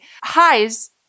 Highs